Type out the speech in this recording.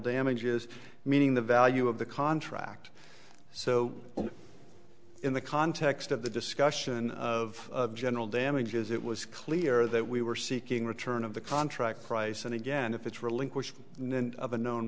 damages meaning the value of the contract so in the context of the discussion of general damages it was clear that we were seeking return of the contract price and again if it's relinquished of a known